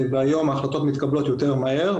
והיום ההחלטות מתקבלות יותר מהר.